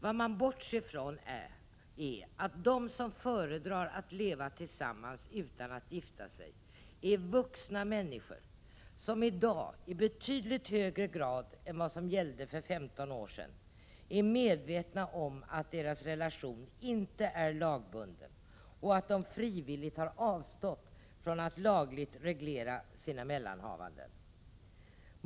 Vad man bortser från är att de som föredrar att leva tillsammans utan att gifta sig är vuxna människor, som i dag i betydligt högre grad än vad som gällde för 15 år sedan är medvetna om att deras relation inte är lagbunden och att de frivilligt har avstått från att lagligt reglera sina mellanhavanden.